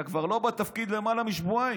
אתה כבר לא בתפקיד למעלה משבועיים,